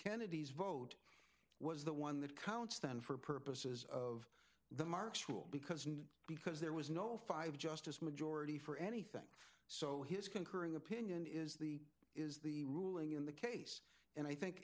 kennedy's vote was the one that counts then for purposes of the marks rule because and because there was no five justice majority for anything so his concurring opinion is the is the ruling in the case and i think